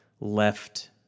left